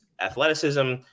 athleticism